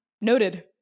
Noted